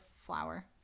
flour